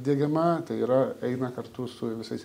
diegiama tai yra eina kartu su visais